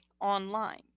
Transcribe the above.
online